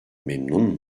memnun